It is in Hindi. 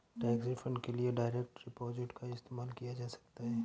टैक्स रिफंड के लिए डायरेक्ट डिपॉजिट का इस्तेमाल किया जा सकता हैं